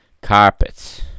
carpets